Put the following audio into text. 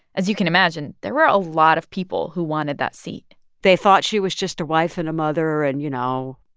as you can imagine, there were a lot of people who wanted that seat they thought she was just a wife and a mother and, you know,